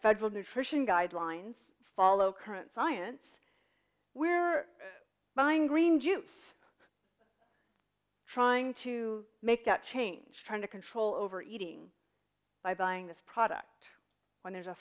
federal nutrition guidelines follow current science we're buying green juice trying to make that change trying to control over eating by buying this product when there's